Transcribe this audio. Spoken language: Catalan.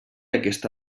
aquesta